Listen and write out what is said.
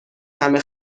همه